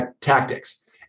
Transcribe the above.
tactics